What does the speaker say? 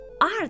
art